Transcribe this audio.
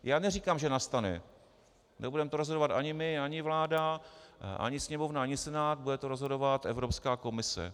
Já neříkám, že nastane, nebudeme to rozhodovat ani my, ani vláda, ani Sněmovna, ani Senát, bude to rozhodovat Evropská komise.